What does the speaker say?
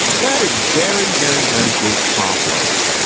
that is very very very good pop writing.